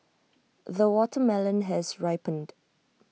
the watermelon has ripened